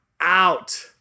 out